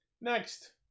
Next